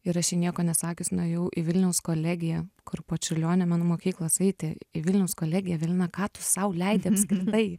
ir aš jai nieko nesakius nuėjau į vilniaus kolegiją kur po čiurlionio menų mokyklos eiti į vilniaus kolegiją evelina ką tu sau leidi apskritai